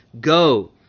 Go